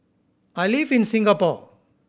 I live in Singapore